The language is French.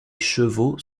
chevaux